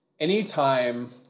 Anytime